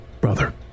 brother